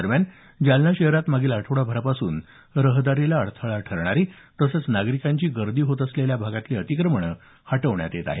दरम्यान जालना शहरात मागील आठवडा भरापासून रहदारीला अडथळा ठरणारी तसंच नागरिकांची गर्दी होत असलेल्या भागातली अतिक्रमणं हटवण्यात येत आहे